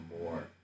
more